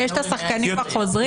יש את השחקנים החוזרים.